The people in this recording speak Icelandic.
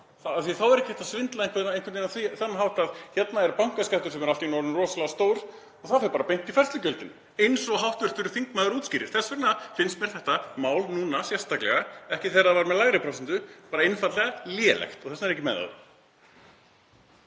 þá er ekki hægt að svindla einhvern veginn á þann hátt að hérna er bankaskattur sem er allt í einu orðinn rosalega stór og það fer bara beint í færslugjöldin eins og hv. þingmaður útskýrir. Þess vegna finnst mér þetta mál núna sérstaklega, ekki þegar það var með lægri prósentu, bara einfaldlega lélegt og þess vegna er ég ekki með á